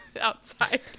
outside